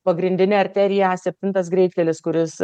pagrindinė arterija a septintas greitkelis kuris